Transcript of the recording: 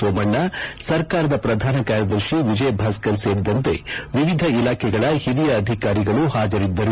ಸೋಮಣ್ಣ ಸರ್ಕಾರದ ಪ್ರಧಾನ ಕಾರ್ಯದರ್ಶಿ ವಿಜಯ್ ಭಾಸ್ಕರ್ ಸೇರಿದಂತೆ ವಿವಿಧ ಇಲಾಖೆಗಳ ಹಿರಿಯ ಅಧಿಕಾರಿಗಳು ಪಾಜರಿದ್ದರು